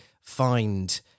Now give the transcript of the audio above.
find